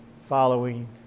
following